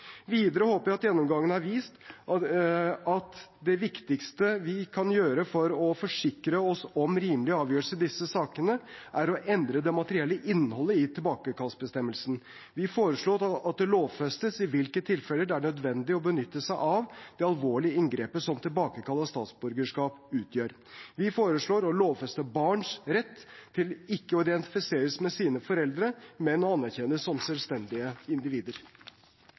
Videre håper jeg at gjennomgangen har vist at det viktigste vi kan gjøre for å forsikre oss om rimelige avgjørelser i disse sakene, er å endre det materielle innholdet i tilbakekallsbestemmelsen. Vi foreslår at det lovfestes i hvilke tilfeller det er nødvendig å benytte seg av det alvorlige inngrepet som tilbakekall av statsborgerskap utgjør. Vi foreslår å lovfeste barns rett til ikke å bli identifisert med sine foreldre, men til å bli anerkjent som selvstendige individer.